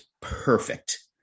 perfect